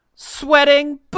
Sweating